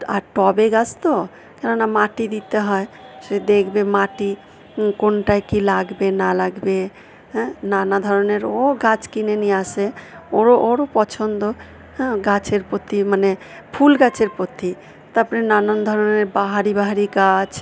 আর টবে গাছ তো কেননা মাটি দিতে হয় সে দেখবে মাটি কোনটায় কী লাগবে না লাগবে হ্যাঁ নানা ধরনের ও গাছ কিনে নিয়ে আসে ওরও ওর পছন্দ হ্যাঁ গাছের প্রতি মানে ফুলগাছের প্রতি তারপরে নানান ধরনের বাহারি বাহারি গাছ